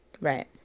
Right